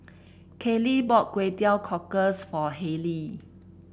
Kaylee bought Kway Teow Cockles for Harley